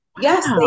Yes